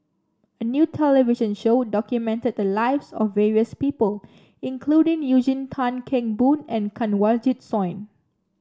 a new television show documented the lives of various people including Eugene Tan Kheng Boon and Kanwaljit Soin